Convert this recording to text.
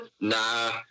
Nah